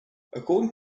according